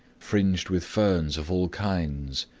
fringed with ferns of all kinds,